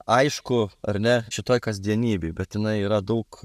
aišku ar ne šitoj kasdienybėj bet jinai yra daug